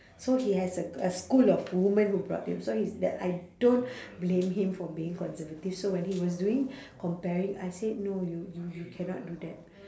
so he has a a school of woman who brought him so he's that I don't blame him for being conservative so when he was doing comparing I said no you you you cannot do that